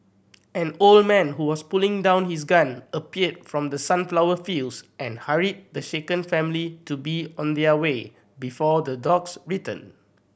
an old man who was putting down his gun appeared from the sunflower fields and hurried the shaken family to be on their way before the dogs return